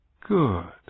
Good